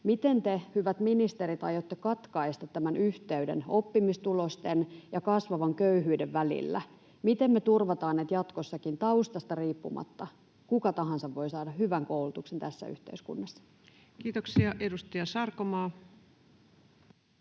Miten te, hyvät ministerit, aiotte katkaista tämän yhteyden oppimistulosten ja kasvavan köyhyyden välillä? Miten me turvataan, että jatkossakin taustasta riippumatta kuka tahansa voi saada hyvän koulutuksen tässä yhteiskunnassa? Kiitoksia. — Edustaja Sarkomaa.